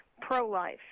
pro-life